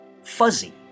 fuzzy